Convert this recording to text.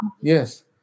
Yes